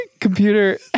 Computer